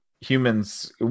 humans